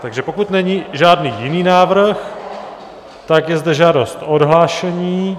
Takže pokud není žádný jiný návrh, je zde žádost o odhlášení.